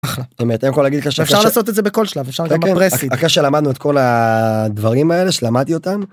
זאת אומרת, אם אתה יכול להגיד לך.. שאפשר לעשות את זה בכל שלב, אחרי שלמדנו את כל הדברים האלה, שלמדתי אותם.